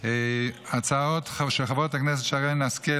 יחד עם הצעות של חברות הכנסת שרן השכל,